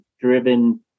driven